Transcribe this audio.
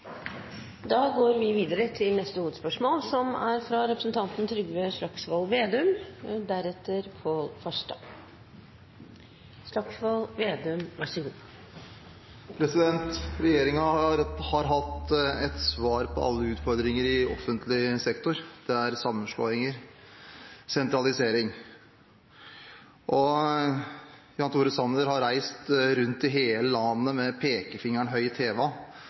Da går vi videre til neste hovedspørsmål. Regjeringen har hatt ett svar på alle utfordringer i offentlig sektor. Det er sammenslåinger og sentralisering. Jan Tore Sanner har reist rundt i hele landet med pekefingeren